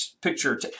picture